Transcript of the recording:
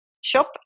shop